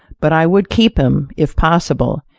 but i would keep him, if possible,